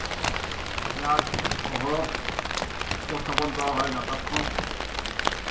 ইয়াত চহৰত উপস্থাপন কৰা হয় নাটকখন